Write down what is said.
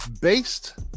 based